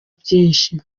byinshi